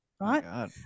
right